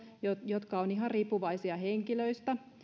jotka ovat ihan riippuvaisia henkilöistä